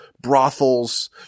brothels